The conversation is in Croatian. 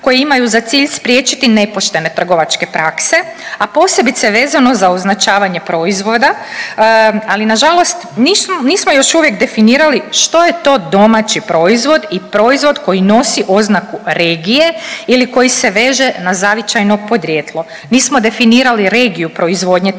koje imaju za cilj spriječiti nepoštene trgovačke prakse, a posebice vezano za označavanje proizvoda. Ali na žalost nismo još uvijek definirali što je to domaći proizvod i proizvod koji nosi oznaku regije ili koji se veže na zavičajno podrijetlo. Nismo definirali regiju proizvodnje tih